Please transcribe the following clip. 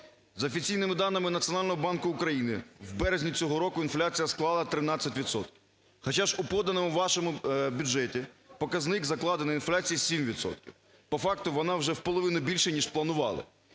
За офіційними даними Національного банку України, в березні цього року інфляція склала 13 відсотків. Хоча ж у поданому вашому бюджеті показник закладеної інфляції 7 відсотків, по факту, вона вже в половину більша ніж планували.